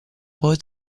poi